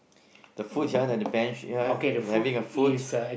the food here and the bench here they having a foot